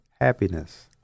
happiness